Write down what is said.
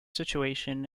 situation